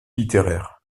littéraire